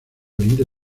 veinte